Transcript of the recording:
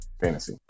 fantasy